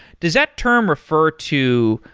does that term refer to,